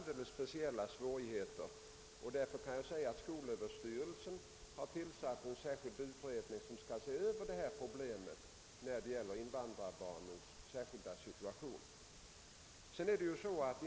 Detta vållar svårigheter, och skolöverstyrelsen har tillsatt en utredning som skall undersöka problemet med invandrarbarnens särskil da situation.